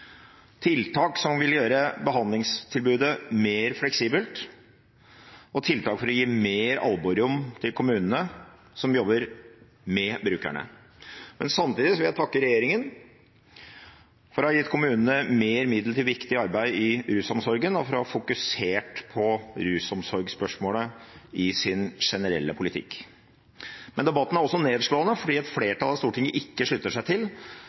tiltak som vil gjøre behandlingstilbudet mer fleksibelt, og tiltak for å gi mer alburom til kommunene, som jobber med brukerne. Men samtidig vil jeg takke regjeringen for å ha gitt kommunene mer midler til viktig arbeid i rusomsorgen og for å ha fokusert på rusomsorgspørsmålet i sin generelle politikk. Men debatten er også nedslående, fordi et flertall i Stortinget ikke slutter seg til